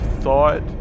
thought